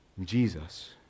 Jesus